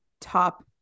top